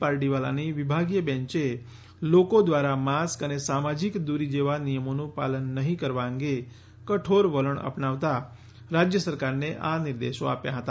પારડીવાલાની વિભાગીય બેન્ચે લોકો દ્વારા માસ્ક અને સામાજિક દૂરી જેવા નિયમોનું પાલન નહીં કરવા અંગે કઠોર વલણ અપનાવતા રાજ્ય સરકારને આ નિર્દેશો આપ્યા હતા